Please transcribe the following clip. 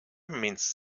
means